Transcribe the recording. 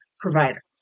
provider